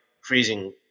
freezing